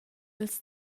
ils